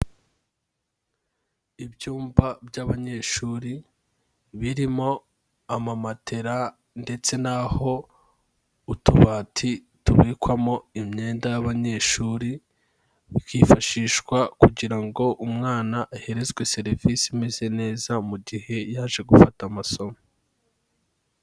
Ibyumba by'abanyeshuri birimo amamatera ndetse naho utubati tubikwamo imyenda y'abanyeshuri, bikifashishwa kugira ngo umwana aherezwe serivisi imeze neza mu gihe yaje gufata amasomo.